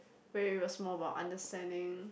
where it was more about understanding